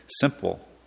simple